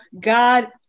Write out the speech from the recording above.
God